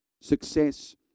Success